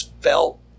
felt